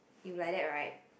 you like that right